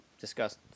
discuss